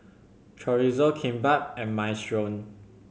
Chorizo Kimbap and Minestrone